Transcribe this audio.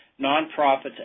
nonprofit's